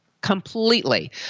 Completely